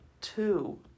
two